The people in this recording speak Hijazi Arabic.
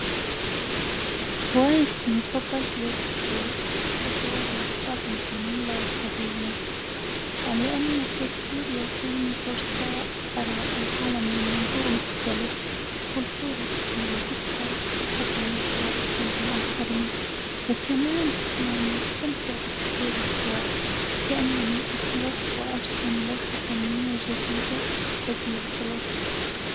هوايتي المفضلة هي التصوير، أحب أصور الأوقات الجميلة، والطبيعة لأن التصوير يعطيني فرصة أرى العالم من منظور مختلف، فكل صورة تحمل جصة أحب إني أشاركها مع الآخرين، و كمان أحيانا أستمتع بتحرير الصور كأنني أخلق وأرسم لوحة فنية جديدة بديعة الوصف.